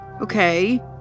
Okay